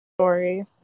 story